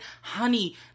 Honey